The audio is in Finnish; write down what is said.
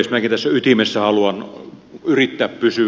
minäkin tässä ytimessä haluan yrittää pysyä